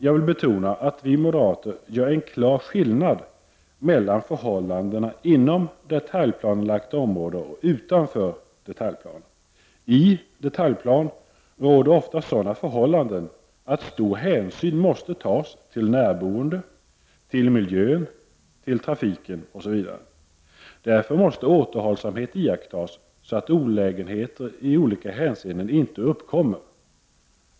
Jag vill betona att vi moderater gör en klar skillnad mellan förhållanden inom detaljplanelagt område och utanför detaljplan. I detaljplan råder ofta sådana förhållanden att stor hänsyn måste tas till närboende, till miljön, till trafiken, osv. Därför måste återhållsamhet iakttagas, så att olägenheter i olika hänseenden inte uppkommer.